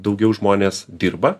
daugiau žmonės dirba